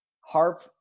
Harp